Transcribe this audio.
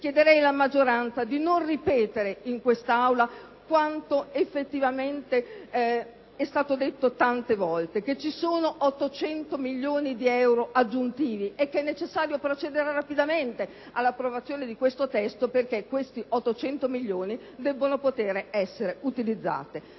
e anche alla maggioranza di non ripetere in quest'Aula quanto effettivamente è stato detto tante volte, ossia che ci sono 800 milioni di euro aggiuntivi e che è necessario procedere rapidamente all'approvazione di questo testo perché questi 800 milioni debbono poter essere utilizzati.